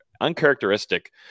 uncharacteristic